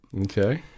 Okay